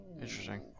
interesting